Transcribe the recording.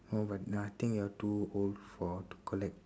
oh but I think you are too old for to collect